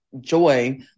joy